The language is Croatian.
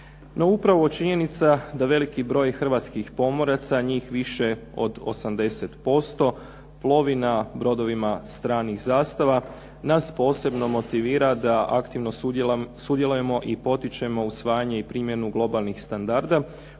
upravo činjenica da veliki broj hrvatskih pomoraca njih više od 80% plovi na brodovima stranih zastava. Nas posebno motivira da aktivno sudjelujemo i potičemo usvajanje i primjenu globalnih standarda,